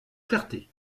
clarté